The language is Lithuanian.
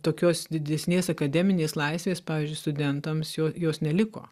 tokios didesnės akademinės laisvės pavyzdžiui studentams jo jos neliko